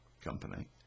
company